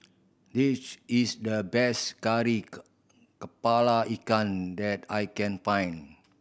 this is the best kari kepala ikan that I can find